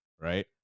right